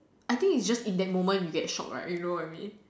I think is just in that moment you get shock right you know what I mean